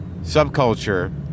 subculture